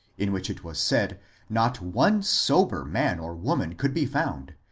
in which it was said not one sober man or woman could be found,